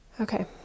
Okay